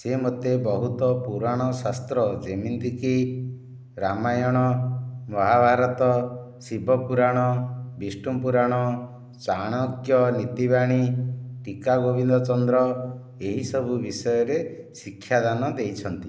ସେ ମୋତେ ବହୁତ ପୁରାଣ ଶାସ୍ତ୍ର ଯେମିତିକି ରାମାୟଣ ମହାଭାରତ ଶିବପୁରାଣ ବିଷ୍ଣୁପୁରାଣ ଚାଣକ୍ୟ ନୀତିବାଣୀ ଟିକା ଗୋବିନ୍ଦ ଚନ୍ଦ୍ର ଏହି ସବୁ ବିଷୟରେ ଶିକ୍ଷା ଦାନ ଦେଇଛନ୍ତି